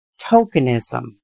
tokenism